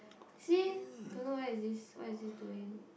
see don't know where is this what is this doing